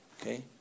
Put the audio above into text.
Okay